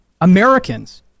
Americans